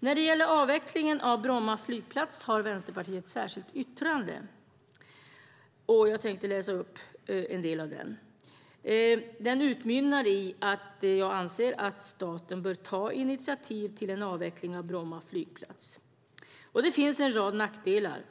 När det gäller avvecklingen av Bromma flygplats har Vänsterpartiet ett särskilt yttrande. Yttrandet utmynnar i att "staten bör ta initiativ till en avveckling av Bromma flygplats". Det finns en rad nackdelar